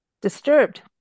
Disturbed